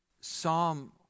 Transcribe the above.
Psalm